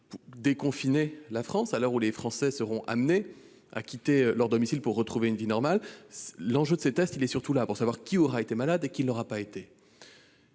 à déconfiner la France, à l'heure où les Français seront amenés à quitter leur domicile pour retrouver une vie normale. L'enjeu de ces tests sera surtout de savoir qui aura été malade et qui ne l'aura pas été.